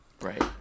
right